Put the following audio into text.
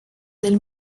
del